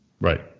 right